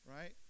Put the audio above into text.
Right